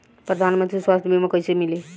प्रधानमंत्री स्वास्थ्य बीमा कइसे मिली?